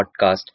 podcast